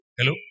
Hello